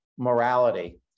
morality